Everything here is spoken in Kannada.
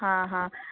ಹಾಂ ಹಾಂ